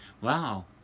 Wow